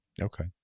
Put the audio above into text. Okay